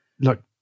Look